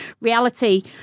reality